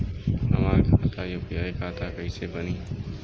हमार खाता यू.पी.आई खाता कइसे बनी?